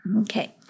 Okay